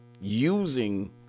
using